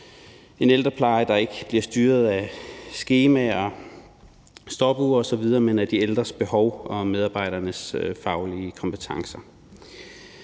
en ældrepleje, der ikke bliver styret af skemaer, stopure osv., men af de ældres behov og medarbejdernes faglige kompetencer